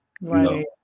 right